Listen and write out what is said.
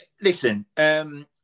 listen